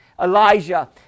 Elijah